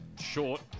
short